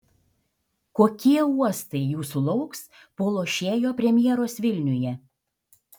kokie uostai jūsų lauks po lošėjo premjeros vilniuje